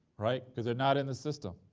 right? cause they're not in the system.